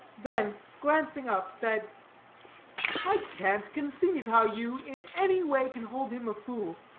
then, glancing up, said i can't conceive how you, in anyway, can hold him a fool.